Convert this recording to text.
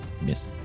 miss